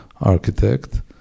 architect